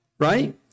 Right